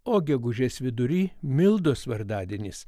o gegužės vidury mildos vardadienis